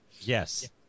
Yes